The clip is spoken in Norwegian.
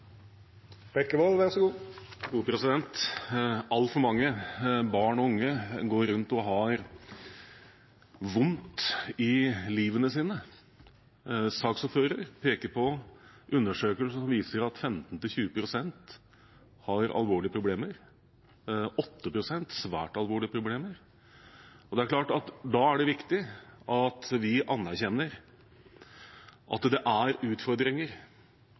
Altfor mange barn og unge går rundt og har vondt i livet sitt. Saksordføreren peker på undersøkelser som viser at 15–20 pst. har alvorlige problemer, og 8 pst. har svært alvorlige problemer. Da er det klart det er viktig at vi anerkjenner at det er utfordringer